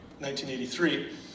1983